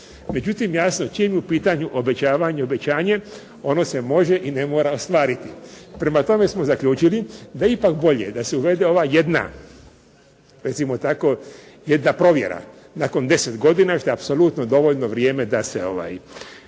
Međutim, jasno čim je u pitanju obećavanje, obećanje ono se može i ne mora ostvariti. Prema tome smo zaključili da je ipak bolje da se uvede ova jedna recimo tako jedna provjera nakon 10 godina što je apsolutno dovoljno vrijeme da se taj